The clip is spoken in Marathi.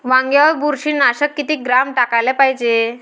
वांग्यावर बुरशी नाशक किती ग्राम टाकाले पायजे?